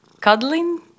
cuddling